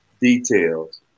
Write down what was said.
Details